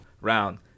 round